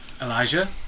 Elijah